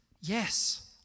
yes